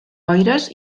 boires